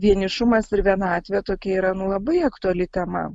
vienišumas ir vienatvė tokia yra labai aktuali tema